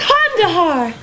Kandahar